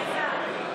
סמוטריץ',